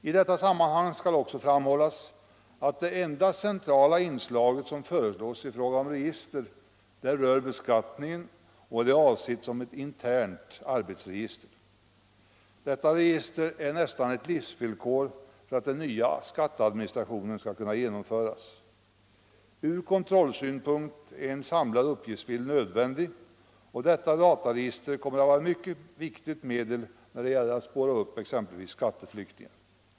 I detta sammanhang skall också framhållas att det enda centrala inslag som föreslås i fråga om register rör beskattningen och är avsett som ett internt arbetsregister. Detta register är nästan ett livsvillkor för att den nya skatteadministrationen skall kunna genomföras. Ur kontrollsynpunkt är en samlad uppgiftsbild nödvändig, och detta dataregister kommer att vara ett mycket viktigt medel exempelvis för att spåra upp skatteflyktingar.